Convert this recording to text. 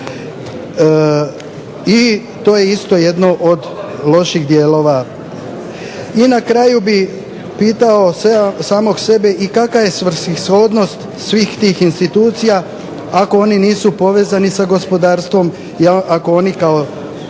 I to je isto jedno od loših dijelova. I na kraju bih pitao samog sebe i kakva je svrsishodnost svih tih institucija, ako oni nisu povezani sa gospodarstvom, ako oni kao